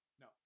No